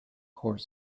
core